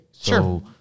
Sure